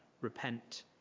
repent